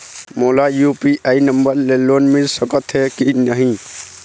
मोला UPI number ले loan मिल सकथे कि नहीं?